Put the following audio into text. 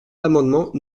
l’amendement